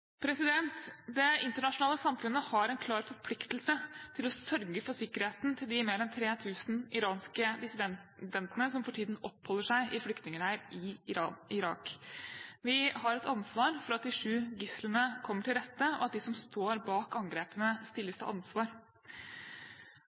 Det internasjonale samfunnet har en klar forpliktelse til å sørge for sikkerheten til de mer enn 3 000 iranske dissidentene som for tiden oppholder seg i flyktningleir i Irak. Vi har et ansvar for at de sju gislene kommer til rette, og at de som står bak angrepene, stilles til